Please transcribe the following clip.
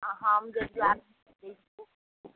आँ हम जजुआरसँ बजैत छी